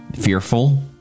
fearful